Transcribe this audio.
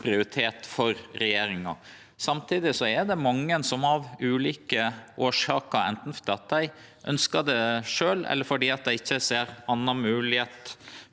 prioritet for regjeringa. Samtidig er det mange som av ulike årsaker – anten fordi dei ønskjer det sjølve, eller fordi dei ikkje ser ei anna moglegheit